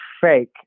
fake